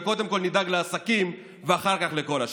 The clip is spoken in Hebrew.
וקודם כול נדאג לעסקים ואחר כך לכל השאר.